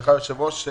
ולך היושב-ראש.